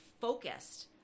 focused